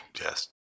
Yes